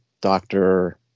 doctor